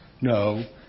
No